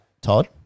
Todd